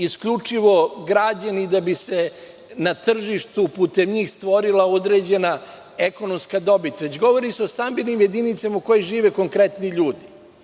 isključivo građeni da bi se na tržištu putem njih stvorila određena ekonomska dobit, već govori se o stambenim jedinicama u kojima žive konkretni ljudi. Moram